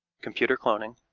computer cloning,